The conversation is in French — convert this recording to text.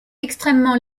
extrêmement